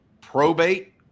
probate